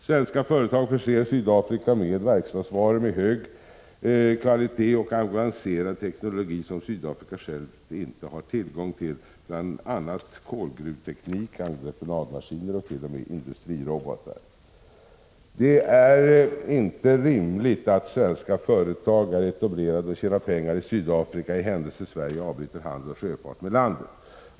Svenska företag förser Sydafrika med verkstadsvaror med hög kvalitet och avancerad teknologi som Sydafrika självt inte har tillgång till, bl.a. kolgruveteknik, entreprenadmaskiner och t.o.m. industrirobotar. Det är inte rimligt att svenska företag är etablerade i och tjänar pengar i Sydafrika, för den händelse Sverige avbryter handel och sjöfart med landet.